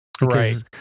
Right